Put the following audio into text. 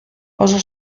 oso